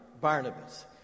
Barnabas